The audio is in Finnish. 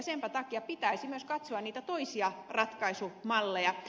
senpä takia pitäisi myös katsoa niitä toisia ratkaisumalleja